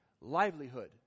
livelihood